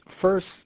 First